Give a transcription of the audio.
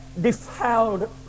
defiled